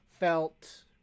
Felt